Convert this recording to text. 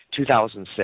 2006